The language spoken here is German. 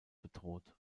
bedroht